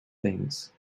things